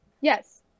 Yes